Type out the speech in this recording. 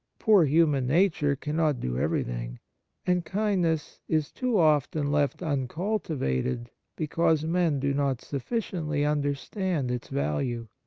poor human nature cannot do every thing and kindness is too often left un cultivated because men do not sufficiently understand its value.